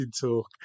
talk